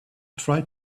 try